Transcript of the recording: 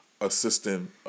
assistant